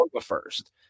first